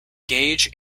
gauge